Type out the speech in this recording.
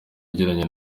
nagiranye